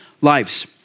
lives